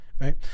Right